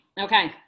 Okay